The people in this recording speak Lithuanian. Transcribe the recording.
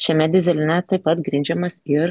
šiame dyzeline taip pat grindžiamas ir